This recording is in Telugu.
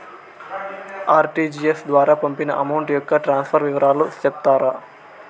ఆర్.టి.జి.ఎస్ ద్వారా పంపిన అమౌంట్ యొక్క ట్రాన్స్ఫర్ వివరాలు సెప్తారా